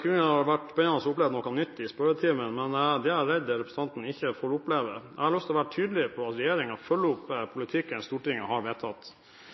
kunne vært spennende å oppleve noe nytt i spørretimen, men det er jeg redd representanten ikke får oppleve. Jeg har lyst til å være tydelig på at regjeringen følger opp politikken Stortinget har vedtatt.